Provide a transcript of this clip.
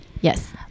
Yes